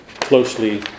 closely